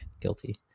Guilty